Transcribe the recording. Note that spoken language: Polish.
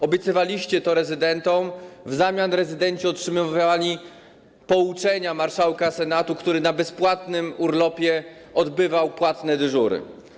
Obiecywaliście to rezydentom, w zamian rezydenci otrzymywali pouczenia marszałka Senatu, który na bezpłatnym urlopie odbywał płatne dyżury.